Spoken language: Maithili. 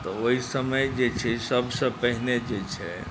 तऽ ओहि समय जे छै सभसँ पहिने जे छै